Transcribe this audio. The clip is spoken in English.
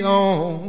on